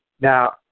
Now